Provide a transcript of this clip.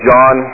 John